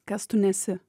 kas tu nesi